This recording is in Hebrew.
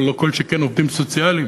אבל כל שכן עובדים סוציאליים.